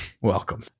Welcome